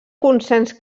consens